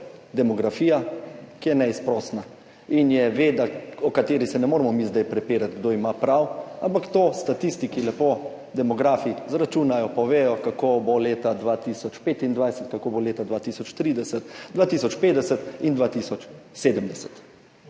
demografija, ki je neizprosna in je veda, o kateri se ne moremo mi zdaj prepirati, kdo ima prav, ampak to statistiki, demografi lepo izračunajo, povedo, kako bo leta 2025, kako bo leta 2030, 2050 in 2070.